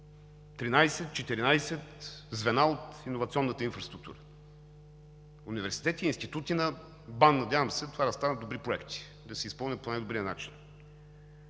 звена от иновационната инфраструктура – университети и институти на БАН. Надявам се това да станат добри проекти и да се изпълнят по най-добрия начин.